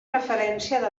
referència